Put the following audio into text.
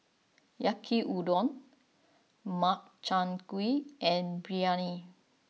Yaki Udon Makchang Gui and Biryani